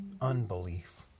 unbelief